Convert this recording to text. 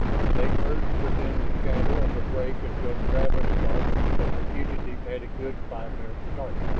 they perched within the shadow of the break until travis thought that the fugitive had a good five-minute start.